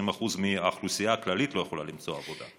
20% מהאוכלוסייה הכללית לא יכולים למצוא עבודה.